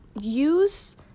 use